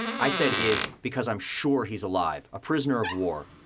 i said is because i'm sure he's alive, a prisoner of war.